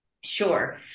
Sure